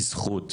בזכות,